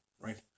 right